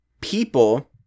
people